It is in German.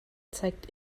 zeigt